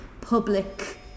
public